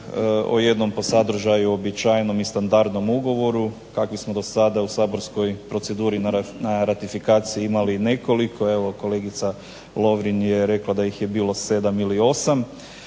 o jednom po sadržaju uobičajenom i standardnom ugovoru kakvih smo do sada u saborskoj proceduri na ratifikaciji imali nekoliko. Evo kolegica Lovrin je rekla da ih je bilo 7 ili 8.